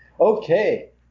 Okay